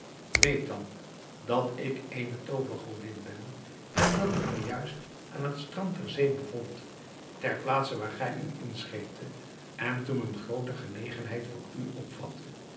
weet dan dat ik eene toovergodin ben en dat ik mij juist aan het strand der zee bevond ter plaatse waar gij u inscheeptet en toen eene groote genegenheid voor u opvatte